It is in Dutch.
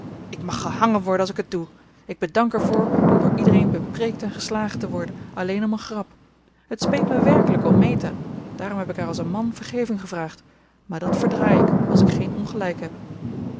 ik mag gehangen worden als ik het doe ik bedank er voor om door iedereen bepreekt en geslagen te worden alleen om een grap het speet mij werkelijk om meta daarom heb ik haar als een man vergeving gevraagd maar dat verdraai ik als ik geen ongelijk heb